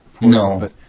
No